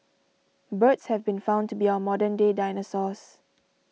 birds have been found to be our modern day dinosaurs